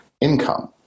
income